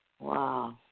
Wow